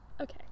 Okay